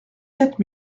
quatre